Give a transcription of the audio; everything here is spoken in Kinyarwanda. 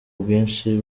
bwinshi